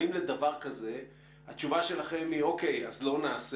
האם התשובה שלכם לזה היא: אוקיי, אז לא נעשה?